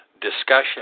discussion